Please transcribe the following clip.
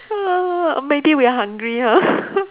ah or maybe we are hungry now